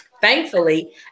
Thankfully